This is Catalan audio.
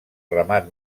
ramat